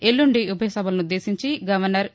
ఎల్లండి ఉభయ సభలను ఉద్దేశించి గవర్నర్ ఇ